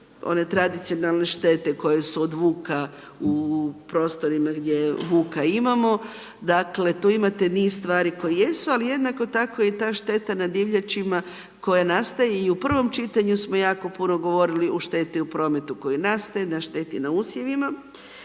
one tradicionalne štete koje su od vuka u prostorima gdje vuka imamo, dakle tu imate niz stvari koje jesu, ali jednako tako je i ta šteta na divljačima koja nastaje, i u prvom čitanju samo jako puno govorili o šteti u prometu koja nastaje, na šteti na usjevima